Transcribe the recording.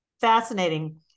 Fascinating